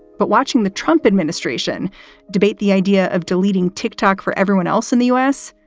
but watching the trump administration debate the idea of deleting tick-tock for everyone else in the u s,